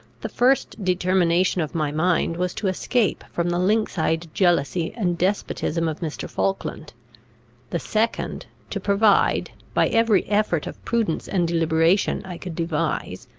the first determination of my mind was to escape from the lynx-eyed jealousy and despotism of mr. falkland the second to provide, by every effort of prudence and deliberation i could devise,